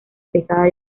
pesada